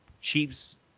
Chiefs